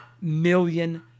million